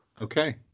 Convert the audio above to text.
Okay